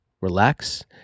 relax